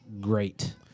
great